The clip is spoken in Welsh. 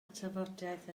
tafodiaith